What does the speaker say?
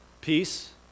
peace